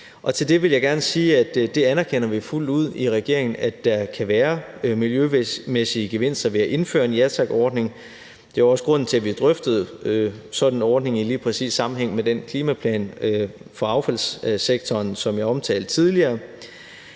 Til det vil jeg gerne sige, at det anerkender vi fuldt ud i regeringen, altså at der kan være miljømæssige gevinster ved at indføre en Ja Tak-ordning, og det er også grunden til, at vi drøftede sådan en ordning i sammenhæng med lige præcis den klimaplan for affaldssektoren, som jeg omtalte tidligere.